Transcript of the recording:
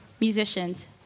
musicians